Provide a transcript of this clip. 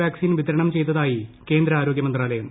vaccine വിതരണം ച്ചെയ്ത്തായി കേന്ദ്ര ആരോഗൃ മന്ത്രാലയം